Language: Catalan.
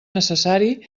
necessari